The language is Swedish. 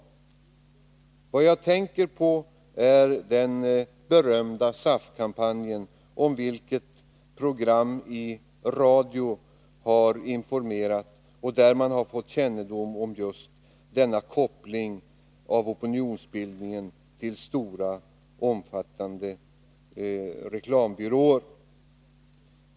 Det jag tänker på är den berömda SAF-kampanjen, om vilken program i radion har informerat, något som har gett kännedom om denna koppling av opinionsbildningen till stora omfattande reklambyråer.